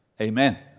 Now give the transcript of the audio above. amen